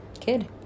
kid